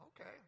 okay